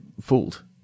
fooled